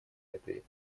этой